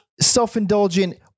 self-indulgent